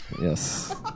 Yes